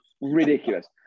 Ridiculous